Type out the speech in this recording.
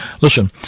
listen